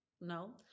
no